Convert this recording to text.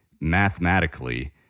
mathematically